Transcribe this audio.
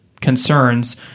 concerns